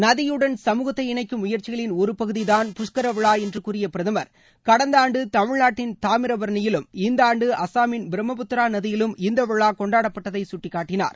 நதியுடன் சமூகத்தை இணைக்கும் முயற்சிகளின் ஒரு பகுதிதான் புஷ்கர விழா என்று கூறிய பிரதமர் கடந்த ஆண்டு தமிழ்நாட்டின் தாமிரபரணியிலும் இந்த ஆண்டு அசாமின் பிரம்மபுத்திரா நதியிலும் இந்த விழா கொண்டாடப்பட்டதை சுட்டிக்காட்டினார்